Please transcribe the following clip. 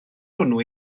hwnnw